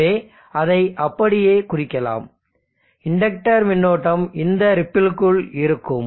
எனவே அதை அப்படியே குறிக்கலாம் இண்டக்டர் மின்னோட்டம் இந்த ரிப்பிலிக்குள் இருக்கும்